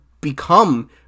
become